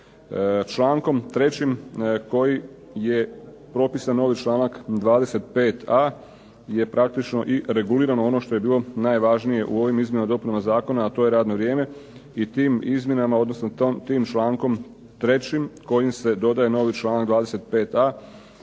Člankom 3. koji je propisan novi članak 25a. je praktično i regulirano ono što je bilo najbitnije ovim izmjenama i dopunama Zakona to je radno vrijeme i tim člankom 3. kojim se dodaje novi članak 25a.